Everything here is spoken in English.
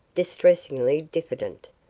distressingly diffident.